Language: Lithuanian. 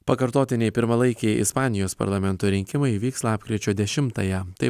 pakartotiniai pirmalaikiai ispanijos parlamento rinkimai įvyks lapkričio dešimtąją tai